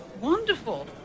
Wonderful